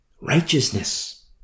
righteousness